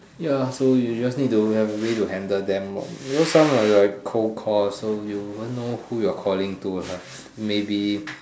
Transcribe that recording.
ya so you just need to have a way to handle them lor because some are like cold call so you won't know who you're calling to ah maybe